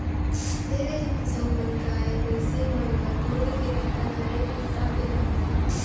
ढेरे झन किसान मन गाय, भइसी मन ल दूद के धंधा करे के हिसाब ले राखथे